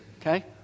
Okay